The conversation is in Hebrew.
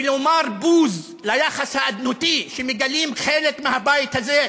ולומר בוז ליחס האדנותי שמגלה חלק מהבית הזה,